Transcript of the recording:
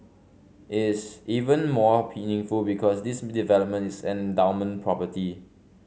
is even more meaningful because this development is an endowment property